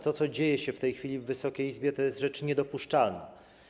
To, co dzieje się w tej chwili w Wysokiej Izbie, jest niedopuszczalne.